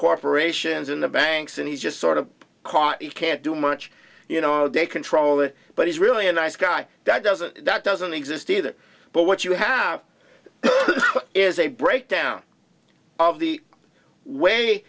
corporations and the banks and he's just sort of caught you can't do much you know they control it but he's really a nice guy that doesn't that doesn't exist either but what you have is a breakdown of the way